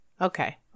okay